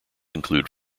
include